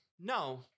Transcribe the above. No